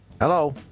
Hello